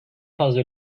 fazla